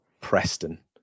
Preston